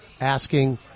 asking